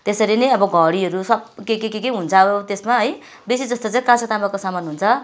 त्यसरी नै अब घडीहरू सब के के हुन्छ अब त्यसमा है बेसी जस्तो चाहिँ कासा तामाको सामान हुन्छ